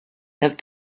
have